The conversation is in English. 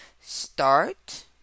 start